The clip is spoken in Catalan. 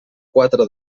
quatre